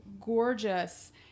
gorgeous